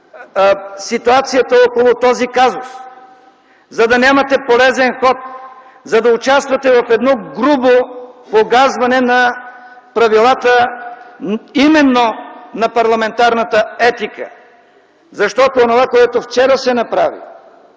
ситуацията около този казус, за да нямате полезен ход, за да участвате в едно грубо погазване на правилата именно на парламентарната етика. Защото онова, което вчера се направи